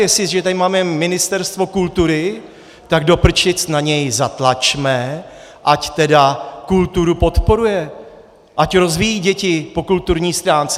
Jestliže tady máme Ministerstvo kultury, tak doprčic na něj zatlačme, ať teda kulturu podporuje, ať rozvíjí děti po kulturní stránce.